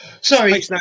Sorry